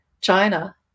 China